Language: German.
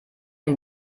den